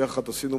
שיחד עשינו,